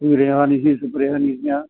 ਕੋਈ ਰੇਹਾਂ ਨਹੀਂ ਸੀ ਸਪਰੇਹਾਂ ਨਹੀਂ ਸੀਗੀਆਂ